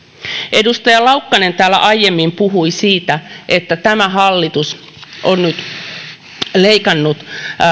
edustaja laukkanen täällä aiemmin puhui siitä että tämä hallitus on nyt leikannut